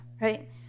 right